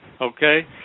okay